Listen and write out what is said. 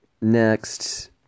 Next